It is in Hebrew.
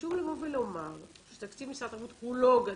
חשוב לבוא ולומר שתקציב משרד התרבות הוא לא גדול,